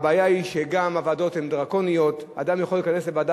הבעיה היא גם שהוועדות הן דרקוניות: אדם יכול להיכנס לוועדה